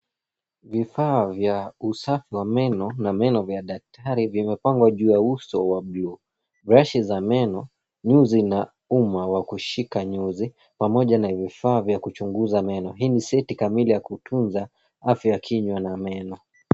Vifaa vya usafi wa meno na meno vya daktari vimepangwa juu ya uso wa bluu. Brashi za meno, nyuzi na uma wa kushika nyuzi pamoja na vifaa vya kuchunguza meno. Hii ni seti kamili ya kutunza afya ya kinywa na meno.